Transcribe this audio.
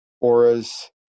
Auras